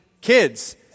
kids